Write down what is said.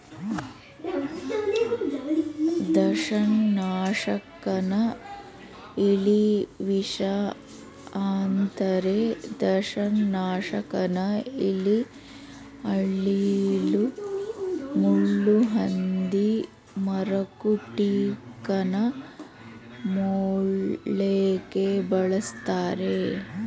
ದಂಶನಾಶಕನ ಇಲಿವಿಷ ಅಂತರೆ ದಂಶನಾಶಕನ ಇಲಿ ಅಳಿಲು ಮುಳ್ಳುಹಂದಿ ಮರಕುಟಿಕನ ಕೊಲ್ಲೋಕೆ ಬಳುಸ್ತರೆ